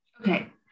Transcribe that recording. Okay